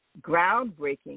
groundbreaking